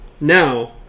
Now